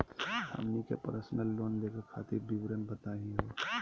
हमनी के personal loan लेवे खातीर विवरण बताही हो?